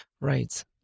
right